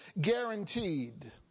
guaranteed